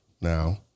Now